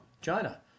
China